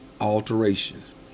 alterations